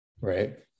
right